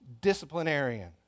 disciplinarian